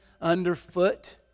underfoot